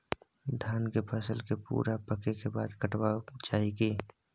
धान के फसल के पूरा पकै के बाद काटब चाही की?